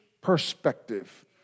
perspective